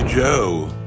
Joe